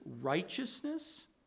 righteousness